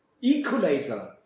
equalizer